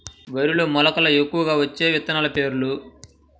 వరిలో మెలక ఎక్కువగా వచ్చే విత్తనాలు పేర్లు?